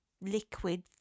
liquid